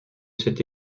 cette